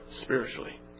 spiritually